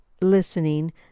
listening